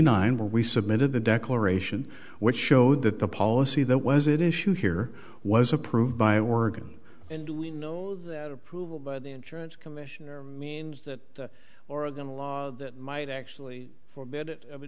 nine where we submitted the declaration which showed that the policy that was it issue here was approved by working and we know that approval by the insurance commissioner means that oregon law that might actually forbid it